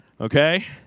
Okay